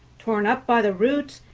torn up by the roots,